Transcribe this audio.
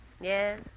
Yes